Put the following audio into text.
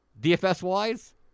DFS-wise